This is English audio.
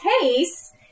case